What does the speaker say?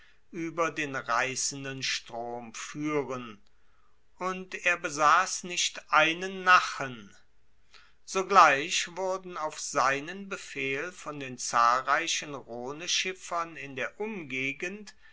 ueber den reissenden strom fuehren und er besass nicht einen nachen sogleich wurden auf seinen befehl von den zahlreichen rhoneschiffern in der umgegend